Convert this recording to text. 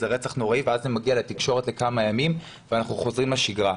איזה רצח נוראי ואז זה מגיע תקשורת לכמה ימים ואנחנו חוזרים לשגרה.